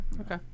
Okay